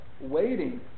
waiting